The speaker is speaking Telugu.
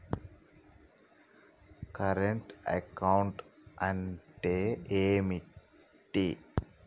కరెంట్ అకౌంట్ అంటే ఏంటిది?